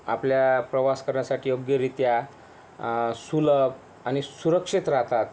आपल्या प्रवास करण्यासाठी योग्यरीत्या सुलभ आणि सुरक्षित राहतात